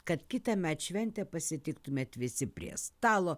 kad kitąmet šventę pasitiktumėt visi prie stalo